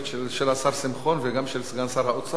וגם של סגן שר האוצר על שני הנושאים.